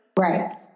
Right